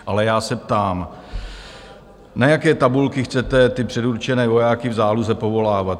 Ale já se ptám, na jaké tabulky chcete ty předurčené vojáky v záloze povolávat?